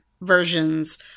versions